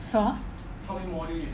什么